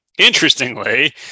Interestingly